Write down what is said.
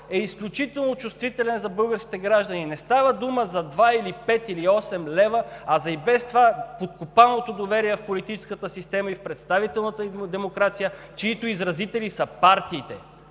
е изключително чувствителен за българските граждани. Не става дума за два, пет или осем лева, а за и без това подкопаното доверие в политическата система и в представителната демокрация, чиито изразители са партиите.